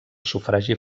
sufragi